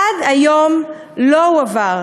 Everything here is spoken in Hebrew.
עד היום לא הועבר.